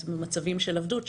מצבים של עבדות,